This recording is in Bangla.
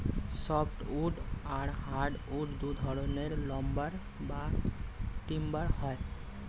সফ্ট উড আর হার্ড উড দুই ধরনের লাম্বার বা টিম্বার হয়